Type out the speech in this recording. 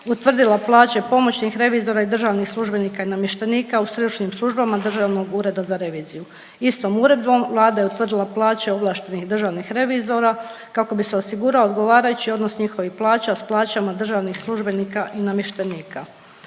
utvrdila plaće pomoćnih revizora i državnih službenika i namještenika u stručnim službama Državnog ureda za reviziju. Istom uredom Vlada je utvrdila plaće ovlaštenih državnih revizora kako bi se osigurao odgovarajući odnos njihovih plaća s plaćama državnih službenika i namještenika.